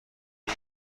ایم